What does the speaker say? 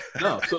No